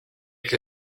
che